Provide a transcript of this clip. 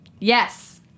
Yes